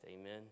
Amen